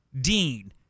Dean